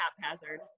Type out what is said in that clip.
haphazard